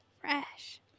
Fresh